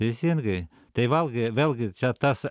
teisingai tai valgai vėlgi čia tas